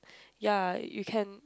ya you can